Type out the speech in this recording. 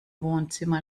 wohnzimmer